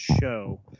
show